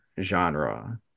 genre